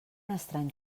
estrany